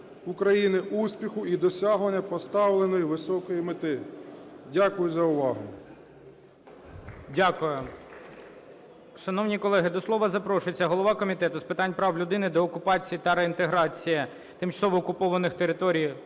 України успіху в досягненні поставленої високої мети. Дякую за увагу.